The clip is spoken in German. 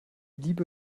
liebe